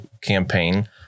campaign